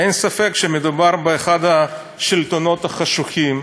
אין ספק שמדובר באחד השלטונות החשוכים,